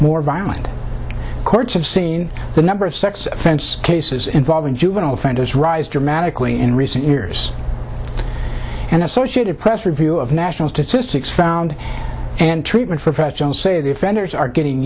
more violent courts have seen the number of sex offense cases involving juvenile offenders rise dramatically in recent years and associated press review of national statistics found and treatment for fetchin say the offenders are getting